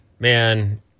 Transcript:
Man